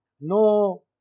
No